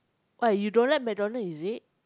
why you don't like McDonald is it